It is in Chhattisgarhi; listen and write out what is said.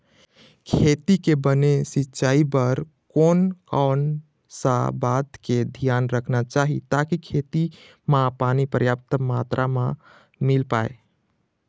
खेती के बने सिचाई बर कोन कौन सा बात के धियान रखना चाही ताकि खेती मा पानी पर्याप्त मात्रा मा मिल पाए?